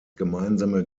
gemeinsame